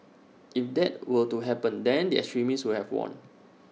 if that were to happen then the extremists would have won